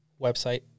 website